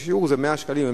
כששיעור זה כ-100 שקלים.